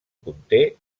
conté